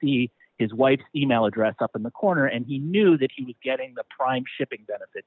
see is white email address up in the corner and he knew that he getting the prime shipping